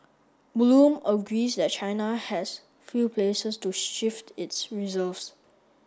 bloom agrees that China has few places to shift its reserves